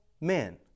men